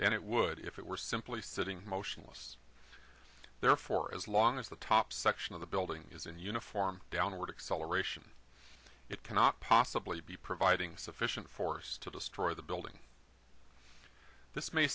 then it would if it were simply sitting motionless therefore as long as the top section of the building is in uniform downward acceleration it cannot possibly be providing sufficient force to destroy the building this may